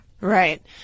Right